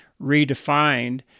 redefined